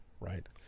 Right